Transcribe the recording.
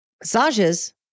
Massages